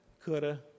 coulda